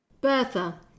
bertha